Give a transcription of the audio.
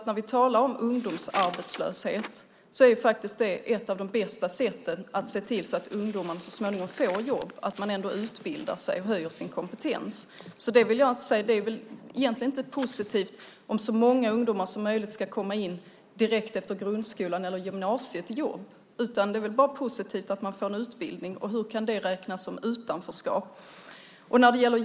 När vi talar om ungdomsarbetslöshet är ett av de bästa sätten att se till att ungdomar så småningom får jobb att de utbildar sig och höjer sin kompetens. Det är väl egentligen inte positivt om så många ungdomar som möjligt direkt efter grundskolan eller gymnasiet ska komma in i jobb, utan det är bara positivt att de får utbildning. Hur kan det räknas som utanförskap?